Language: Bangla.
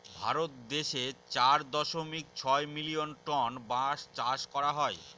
ভারত দেশে চার দশমিক ছয় মিলিয়ন টন বাঁশ চাষ করা হয়